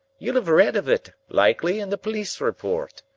you'll have read of it, likely, in the police report.